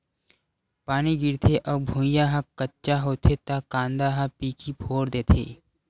पानी गिरथे अउ भुँइया ह कच्चा होथे त कांदा ह पीकी फोर देथे